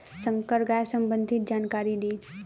संकर गाय सबंधी जानकारी दी?